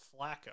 Flacco